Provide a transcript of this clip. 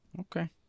Okay